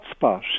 hotspot